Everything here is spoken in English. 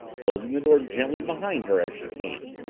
closing the door gently behind her as she came.